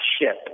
Ship